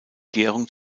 gärung